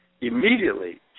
Immediately